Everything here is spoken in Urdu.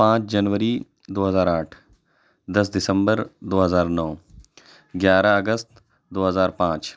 پانچ جنوری دو ہزار آٹھ دس دسمبر دو ہزار نو گیارہ اگست دو ہزار پانچ